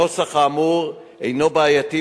הנוסח האמור הינו בעייתי,